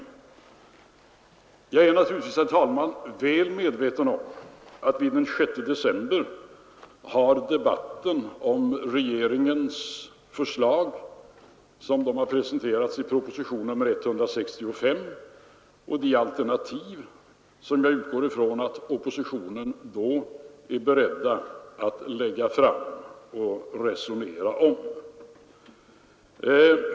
Jag är naturligtvis, herr talman, väl medveten om att de förslag som har presenterats i propositionen 165 kommer att bli föremål för debatt under tiden fram till den 6 december, och jag utgår också från att oppositionen då är beredd att lägga fram alternativa förslag att resonera om.